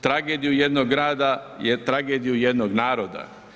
Tragediju jednog grada i tragediju jednog naroda.